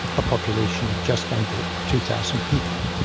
a population of just under two thousand people.